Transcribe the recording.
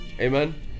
amen